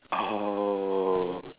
oh